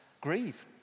Grieve